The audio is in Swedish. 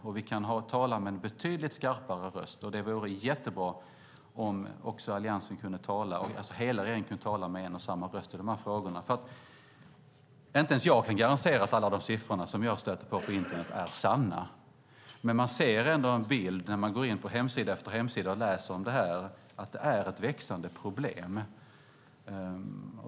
Och vi kan tala med en betydligt skarpare röst, och det vore jättebra om hela regeringen kunde tala med en och samma röst i de här frågorna. Inte ens jag kan garantera att alla de siffror som jag har hittat på internet är sanna. Men man får ändå en bild, när man går in på hemsida efter hemsida och läser om det här, av att det är ett växande problem.